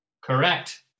Correct